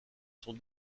sont